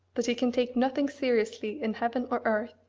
that he can take nothing seriously in heaven or earth,